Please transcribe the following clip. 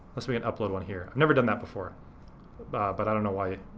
unless we can upload one here. i've never done that before but i don't know why,